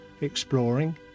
exploring